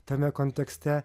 tame kontekste